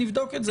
נבדוק את זה.